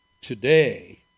Today